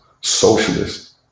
socialist